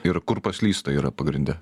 ir kur paslysta yra pagrinde